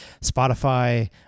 Spotify